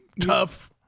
tough